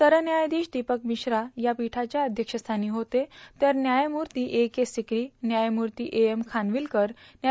सरन्यायाधीश दीपक मिश्रा या पीठाच्या अध्यक्षस्थानी होते तर व्यायमूर्ती ए के सिकी न्यायमूर्ती ए एम खानविलकर न्या